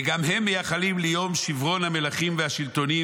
וגם הם מייחלים ליום שברון המלכים והשלטונים,